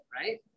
right